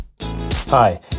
Hi